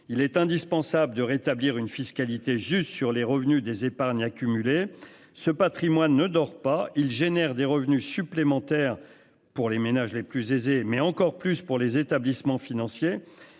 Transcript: il est indispensable de rétablir une fiscalité juste sur les revenus des épargnes accumulées, ce Patrimoine ne dort pas, il génère des revenus supplémentaires pour les ménages les plus aisés, mais encore plus pour les établissements financiers.